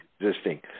existing